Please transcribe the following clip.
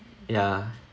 ya